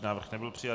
Návrh nebyl přijat.